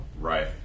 Right